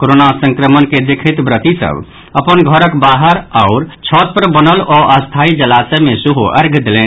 corona संक्रमण के देखैत व्रति सभ अपन घरक बाहर आओर छत पर बनल अस्थायी जलाशय मे सेहो अर्ध्य देलनि